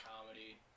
comedy